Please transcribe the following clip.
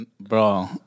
Bro